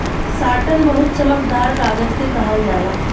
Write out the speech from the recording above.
satin बहुत चमकदार कागज के कहल जाला